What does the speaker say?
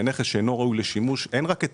בנכס שאינו ראוי לשימוש אין רק את